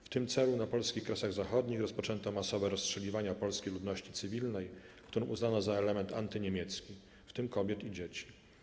W tym celu na polskich Kresach Zachodnich rozpoczęto masowe rozstrzeliwania polskiej ludności cywilnej, którą uznano za element antyniemiecki, w tym kobiet i dzieci.